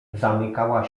zamykała